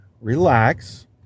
relax